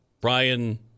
Brian